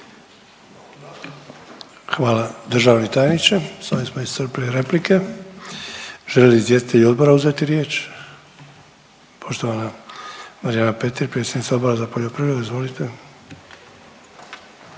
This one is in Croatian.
Hvala državni tajniče. Sa ovim smo iscrpili replike. Žele li izvjestitelji odbora uzeti riječ? Poštovana Marijana Petir, predsjednica Odbora za poljoprivredu. Izvolite.